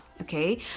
okay